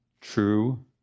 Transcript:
true